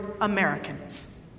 Americans